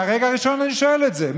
מהרגע הראשון אני שואל את זה,